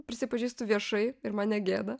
prisipažįstu viešai ir man negėda